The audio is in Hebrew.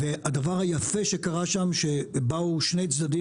הדבר היפה שקרה שם זה שבאו שני צדדים